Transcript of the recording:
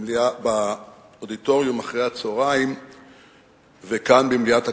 באודיטוריום אחר הצהריים וכאן במליאת הכנסת,